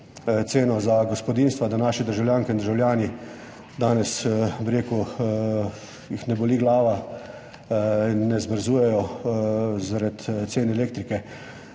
ceno za gospodinjstva, da naše državljanke in državljane danes ne boli glava in ne zmrzujejo zaradi cen elektrike,